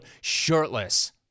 shirtless